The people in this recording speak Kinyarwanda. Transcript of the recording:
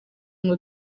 ngo